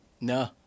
No